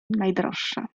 najdroższa